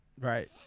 right